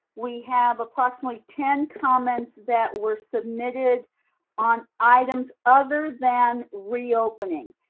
we have approximately ten comments that were submitted on items other than reopening.